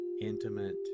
intimate